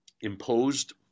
imposed